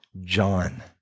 John